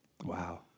Wow